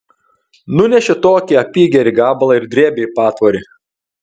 nunešė tokį apygerį gabalą ir drėbė į patvorį